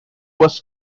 was